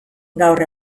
gaur